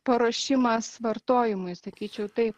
paruošimas vartojimui sakyčiau taip